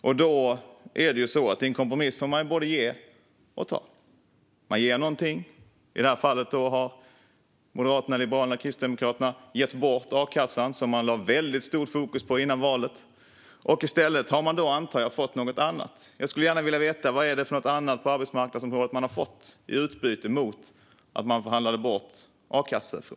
För mig innebär en kompromiss att man får både ge och ta. Man ger något, och i det här fallet har Moderaterna, Liberalerna och Kristdemokraterna gett bort a-kassan, som man lade stort fokus på före valet. I stället har man, antar jag, fått något annat. Jag skulle gärna vilja veta vad det är för något man har fått på arbetsmarknadsområdet i utbyte mot att man förhandlade bort a-kassan.